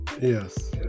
Yes